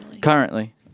Currently